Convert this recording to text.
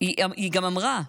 היא גם אמרה,